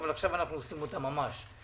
ועכשיו אנחנו עושים אותה ממש.